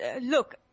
look